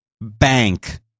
bank